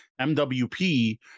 mwp